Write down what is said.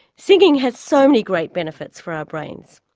singing has so many great benefits for our brains,